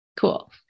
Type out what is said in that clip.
Cool